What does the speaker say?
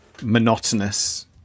monotonous